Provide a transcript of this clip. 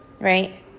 right